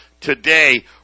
Today